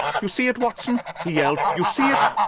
you see it, watson? he yelled. you see it?